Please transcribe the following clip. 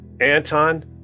Anton